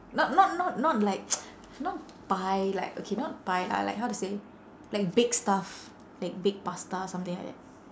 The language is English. not not not not like not pie like okay not pie lah like how to say like baked stuff like baked pasta something like that